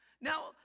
Now